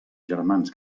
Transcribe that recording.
germans